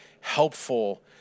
helpful